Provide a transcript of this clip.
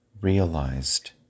realized